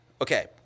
Okay